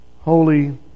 holy